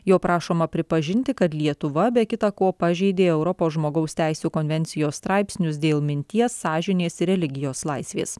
jo prašoma pripažinti kad lietuva be kita ko pažeidė europos žmogaus teisių konvencijos straipsnius dėl minties sąžinės ir religijos laisvės